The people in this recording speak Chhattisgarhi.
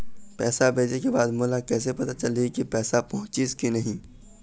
पैसा भेजे के बाद मोला कैसे पता चलही की पैसा पहुंचिस कि नहीं?